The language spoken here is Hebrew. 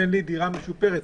תן לי דירה משופרת,